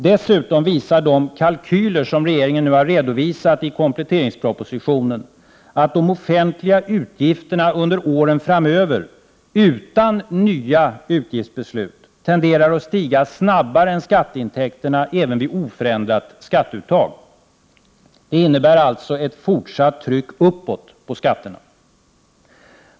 Dessutom visar de kalkyler som regeringen nu har redovisat i kompletteringspropositionen att de offentliga utgifterna under åren framöver utan nya utgiftsbeslut tenderar att stiga snabbare än skatteintäkterna även vid oförändrat skatteuttag. Det innebär alltså ett fortsatt tryck uppåt på skatterna.